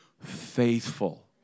faithful